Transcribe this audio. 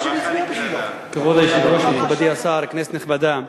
כבוד היושב-ראש, מכובדי השר, כנסת נכבדה,